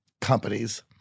companies